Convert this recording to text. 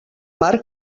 mar